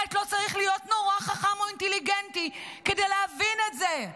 באמת לא צריך להיות נורא חכם או אינטלגנטי כדי להבין את זה.